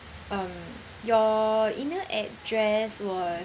um your email address was